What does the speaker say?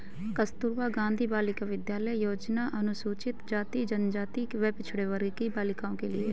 कस्तूरबा गांधी बालिका विद्यालय योजना अनुसूचित जाति, जनजाति व पिछड़े वर्ग की बालिकाओं के लिए है